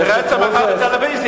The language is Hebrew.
תראה את זה מחר בטלוויזיה.